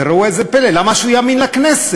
וראו איזה פלא, למה שהוא יאמין לכנסת